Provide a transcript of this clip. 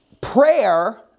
Prayer